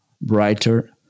brighter